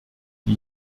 die